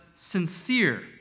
sincere